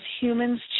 humans